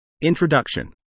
introduction